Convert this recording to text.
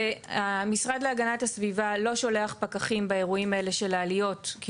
המשרד להגנת הסביבה לא שולח פקחים באירועים האלה של העליות כי